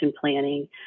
planning